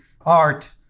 art